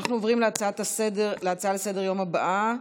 אנחנו עוברים להצעה לסדר-היום הבאה,